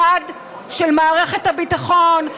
1. שמערכת הביטחון,